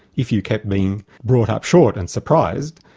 if you kept being brought up short and surprised,